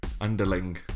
Underling